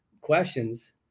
questions